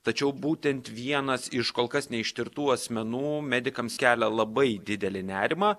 tačiau būtent vienas iš kol kas neištirtų asmenų medikams kelia labai didelį nerimą